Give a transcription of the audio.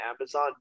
Amazon